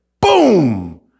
Boom